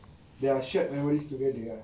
there are shared memories together ah